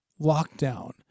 lockdown